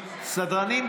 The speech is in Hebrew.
סדרנים,